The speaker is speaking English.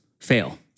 fail